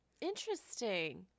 Interesting